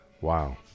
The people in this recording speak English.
Wow